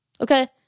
Okay